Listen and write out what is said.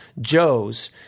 Joe's